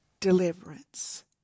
deliverance